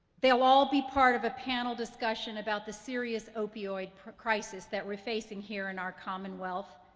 they'll all be part of a panel discussion about the serious opioid crisis that we're facing here in our commonwealth,